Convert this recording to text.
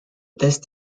test